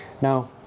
Now